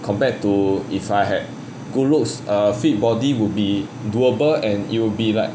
compared to if I had good looks a fit body would be doable and it will be like